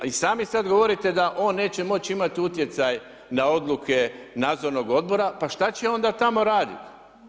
I sami sada govorite da on neće moći imati utjecaj na odluke Nadzornog odbora, pa šta će onda tamo raditi?